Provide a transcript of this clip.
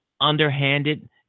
underhanded